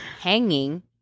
hanging